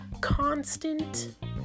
constant